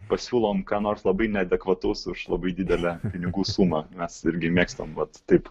pasiūlom ką nors labai neadekvataus už labai didelę pinigų sumą mes irgi mėgstam vat taip